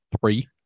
three